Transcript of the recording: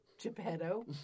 Geppetto